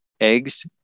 eggs